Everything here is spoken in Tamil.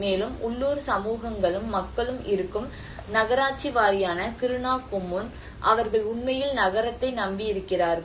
மேலும் உள்ளூர் சமூகங்களும் மக்களும் இருக்கும் நகராட்சி வாரியமான கிருணா கொம்முன் அவர்கள் உண்மையில் நகரத்தை நம்பியிருக்கிறார்கள்